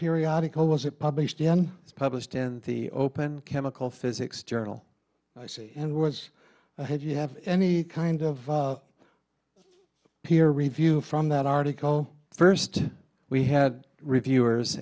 periodical was it published in it's published in the open chemical physics journal i see and was had you have any kind of peer review from that article first we had reviewers